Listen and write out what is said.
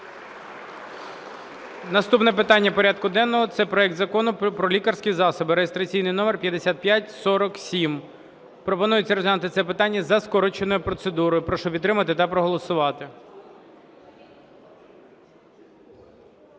Наступне питання порядку денного – це проект Закону про лікарські засоби (реєстраційний номер 5547). Пропонується розглянути це питання за скороченою процедурою. Прошу підтримати та проголосувати.